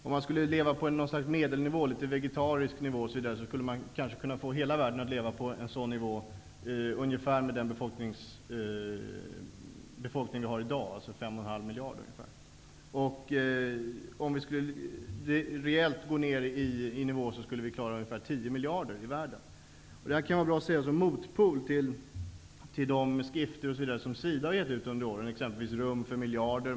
Om man skulle leva på någon slags medelnivå, en litet vegetarisk nivå, skulle man kanske kunna få hela världen med den befolkning vi har i dag, dvs. ca 5,5 miljarder, att leva på en sådan nivå. Om vi skulle gå ner rejält i nivå skulle vi klara ungefär 10 Detta kan vara bra som motpol till de skrifter som SIDA har gett ut under åren, t.ex. Rum för miljarder.